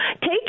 Take